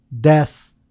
death